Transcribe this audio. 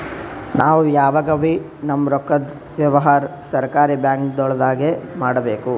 ನಾವ್ ಯಾವಗಬೀ ನಮ್ಮ್ ರೊಕ್ಕದ್ ವ್ಯವಹಾರ್ ಸರಕಾರಿ ಬ್ಯಾಂಕ್ಗೊಳ್ದಾಗೆ ಮಾಡಬೇಕು